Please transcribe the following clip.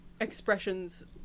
expressions